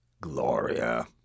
Gloria